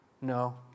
No